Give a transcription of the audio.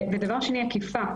דבר שני אכיפה,